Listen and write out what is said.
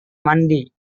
mandi